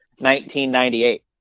1998